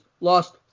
lost